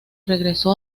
regresó